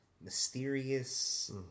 mysterious